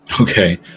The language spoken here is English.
Okay